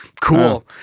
cool